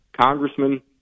Congressman